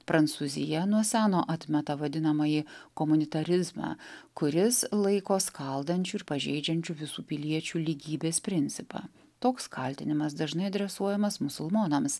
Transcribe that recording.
prancūzija nuo seno atmeta vadinamąjį komunitarizmą kuris laiko skaldančiu ir pažeidžiančiu visų piliečių lygybės principą toks kaltinimas dažnai adresuojamas musulmonams